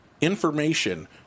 information